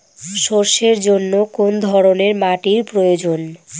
সরষের জন্য কোন ধরনের মাটির প্রয়োজন?